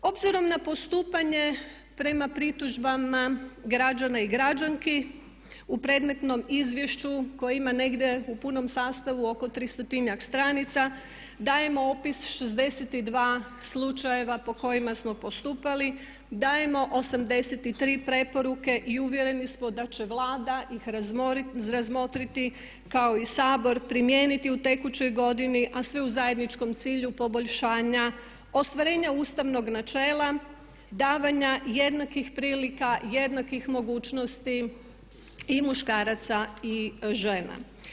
Obzirom na postupanje prema pritužbama građana i građanki u predmetnom izvješću koje ima negdje u punom sastavu oko 300-tinja stranica, dajemo opis 62 slučajeva po kojima smo postupali, dajemo 83 preporuke i uvjereni smo da će Vlada ih razmotriti kao i Sabor, primijeniti u tekućoj godini a sve u zajedničkom cilju poboljšanja, ostvarenja ustavnog načela, davanja jednakih prilika, jednakih mogućnosti i muškaraca i žena.